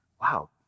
wow